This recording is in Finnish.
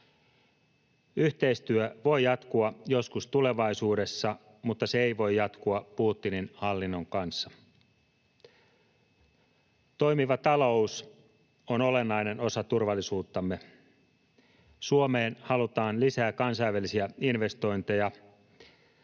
Yhteistyö voi jatkua joskus tulevaisuudessa, mutta se ei voi jatkua Putinin hallinnon kanssa. Toimiva talous on olennainen osa turvallisuuttamme. Suomeen halutaan lisää kansainvälisiä investointeja.